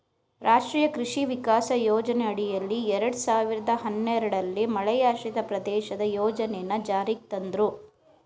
ರಾಷ್ಟ್ರೀಯ ಕೃಷಿ ವಿಕಾಸ ಯೋಜನೆಯಡಿಯಲ್ಲಿ ಎರಡ್ ಸಾವಿರ್ದ ಹನ್ನೆರಡಲ್ಲಿ ಮಳೆಯಾಶ್ರಿತ ಪ್ರದೇಶದ ಯೋಜನೆನ ಜಾರಿಗ್ ತಂದ್ರು